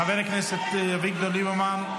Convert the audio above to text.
חבר הכנסת אביגדור ליברמן,